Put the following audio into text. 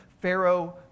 Pharaoh